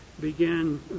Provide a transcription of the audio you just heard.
began